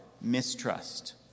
mistrust